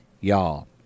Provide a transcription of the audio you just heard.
y'all